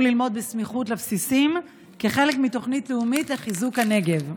ללמוד בסמיכות לבסיסים כחלק מתוכנית לאומית לחיזוק הנגב.